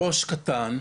הראש קטן.